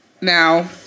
Now